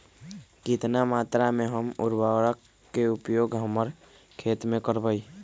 कितना मात्रा में हम उर्वरक के उपयोग हमर खेत में करबई?